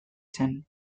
zen